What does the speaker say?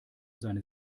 seine